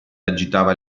agitava